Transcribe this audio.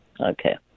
Okay